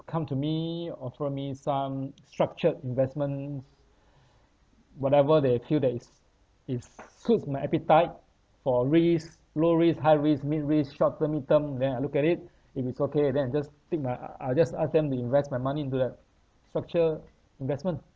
come to me offer me some structured investments whatever they feel that is is suits my appetite for risk low risk high risk mid risk short term mid term then I look at it if it's okay then I just take I~ I'll just ask them to invest my money into that structured investment